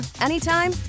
anytime